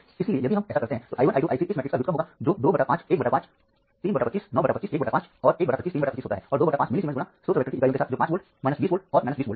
इसलिए यदि हम ऐसा करते हैं तो i 1 i 2 i 3 इस मैट्रिक्स का व्युत्क्रम होगा जो 2 बटा 5 1 बटा 5 0 3 बटा 25 9 बटा 25 1 बटा 5 और 1 बटा 25 3 बटा 25 होता है और 2 बटा 5 मिलीसीमेंस × स्रोत वेक्टर की इकाइयों के साथ जो 5 वोल्ट 20 वोल्ट और 20 वोल्ट है